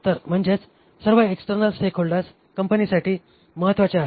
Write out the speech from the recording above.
तर म्हणजेच सर्व एक्सटर्नल स्टेकहोल्डर्स कंपनीसाठी महत्वाचे आहेत